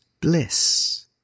bliss